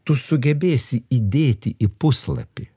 tu sugebėsi įdėti į puslapį